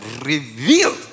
revealed